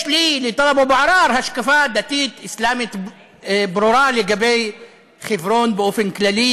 יש לי ולטלב אבו עראר השקפה דתית אסלאמית ברורה לגבי חברון באופן כללי,